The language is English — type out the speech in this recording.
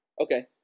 Okay